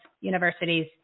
universities